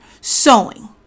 sewing